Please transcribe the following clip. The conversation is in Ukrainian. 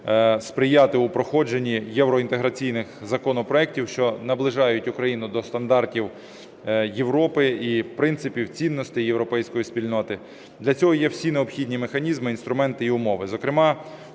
сприяти в проходженні євроінтеграційних законопроектів, що наближають Україну до стандартів Європи і, в принципі, цінностей європейської спільноти. Для цього є всі необхідні механізми, інструменти і умови,